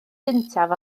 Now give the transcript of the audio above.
gyntaf